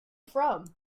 from